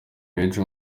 benshi